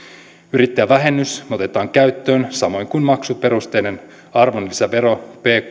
yrittäjävähennys otetaan käyttöön samoin kuin maksuperusteinen arvonlisävero